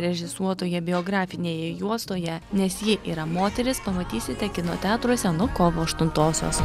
režisuotoje biografinėje juostoje nes ji yra moteris pamatysite kino teatruose nuo kovo aštuntosios